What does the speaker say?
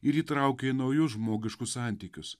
ir įtraukia į naujus žmogiškus santykius